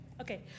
Okay